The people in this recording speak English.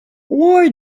why